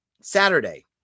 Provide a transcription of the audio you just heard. Saturday